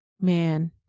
man